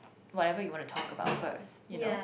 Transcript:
whatever you wanna talk about first you know